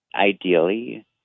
Ideally